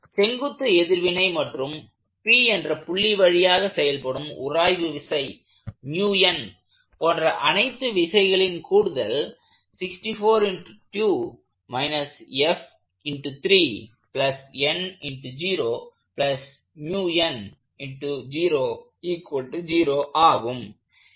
செங்குத்து எதிர்வினை மற்றும் P என்ற புள்ளி வழியாக செயல்படும் உராய்வு விசை போன்ற அனைத்து விசைகளின் கூடுதல் ஆகும்